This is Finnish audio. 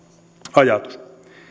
ajatus